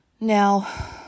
Now